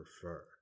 prefer